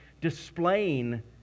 displaying